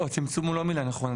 לא, צמצום הוא לא מילה נכונה.